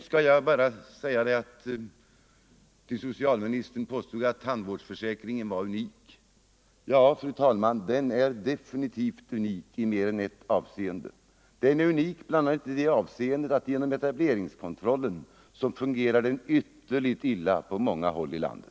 Slutligen påstod socialministern att tandvårdsförsäkringen är unik. Ja, fru talman, den är definitivt unik i mer än ett avseende. Den är unik bl.a. i det avseendet att den genom etableringskontrollen fungerar ytterligt illa på många håll i landet.